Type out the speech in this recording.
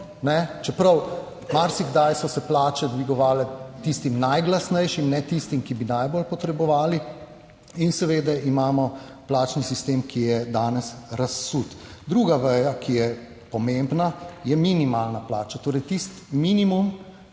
Čeprav marsikdaj so se plače dvigovale tistim najglasnejšim, ne tistim, ki bi najbolj potrebovali. In seveda imamo plačni sistem, ki je danes razsut. Druga veja, ki je pomembna je minimalna plača, torej tisti minimum,